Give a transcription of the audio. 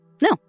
no